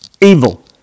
evil